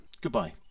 goodbye